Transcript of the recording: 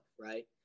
right